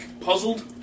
puzzled